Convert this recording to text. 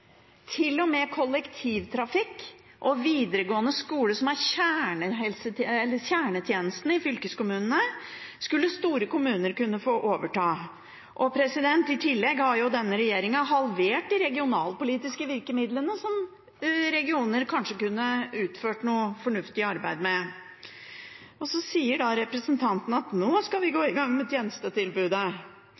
t.o.m. kollektivtrafikk og videregående skole, som er kjernetjenesten i fylkeskommunene, skulle store kommuner kunne få overta. Og i tillegg har denne regjeringen halvert de regionalpolitiske virkemidlene som regioner kanskje kunne utført noe fornuftig arbeid med. Så sier representanten at nå skal vi gå i gang med tjenestetilbudet.